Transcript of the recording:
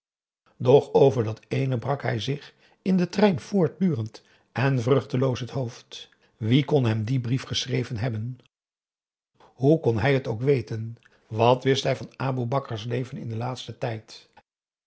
doch over dat ééne brak hij zich in den trein voortdurend en vruchteloos het hoofd wie kon hem dien brief geschreven hebben hoe kon hij het ook weten wat wist hij van aboe bakar's leven in den laatsten tijd